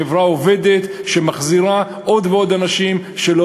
חברה עובדת שמחזירה עוד ועוד אנשים שלא